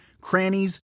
crannies